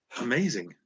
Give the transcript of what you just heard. amazing